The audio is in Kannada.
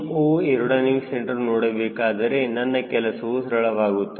𝐶mOac ನೋಡಬೇಕಾದರೆ ನನ್ನ ಕೆಲಸವು ಸರಳವಾಗುತ್ತದೆ